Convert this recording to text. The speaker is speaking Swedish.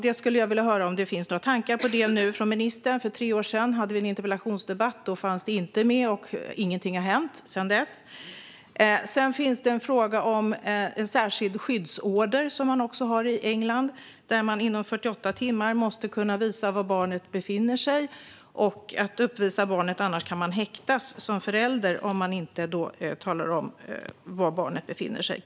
Jag skulle vilja höra om det finns några tankar om detta nu från ministern. För tre år sedan hade vi en interpellationsdebatt, och då fanns det inte med. Ingenting har hänt sedan dess. Sedan finns det en fråga om en särskild skyddsorder, som också finns i England, där man inom 48 timmar måste kunna visa var barnet befinner sig och uppvisa barnet. Annars kan man häktas som förälder, om man inte talar om var barnet befinner sig.